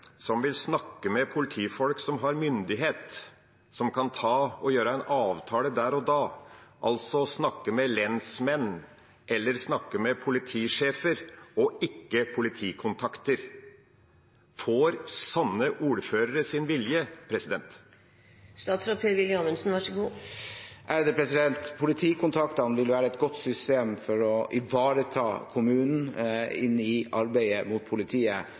som vil snakke med politifolk som har myndighet, som kan gjøre en avtale der og da – altså snakke med lensmenn eller snakke med politisjefer og ikke med politikontakter? Får sånne ordførere sin vilje? Politikontaktene vil være et godt system for å ivareta kommunen i arbeidet inn mot politiet.